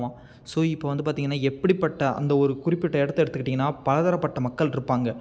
so இப்போ வந்து பார்த்திங்கனா எப்படிப்பட்ட அந்த ஒரு குறிப்பிட்ட இடத்த எடுத்துக்கிட்டிங்கனா பலதரப்பட்ட மக்கள் இருப்பாங்க